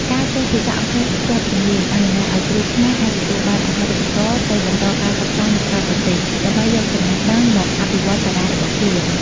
ការចេះភាសាអង់គ្លេសស្ទាត់ជំនាញអនុញ្ញាតឱ្យគ្រូខ្មែរអាចទទួលបានអាហារូបករណ៍ទៅបន្តការសិក្សានៅក្រៅប្រទេស ដើម្បីយកចំណេះដឹងមកអភិវឌ្ឍសាលារបស់ខ្លួន។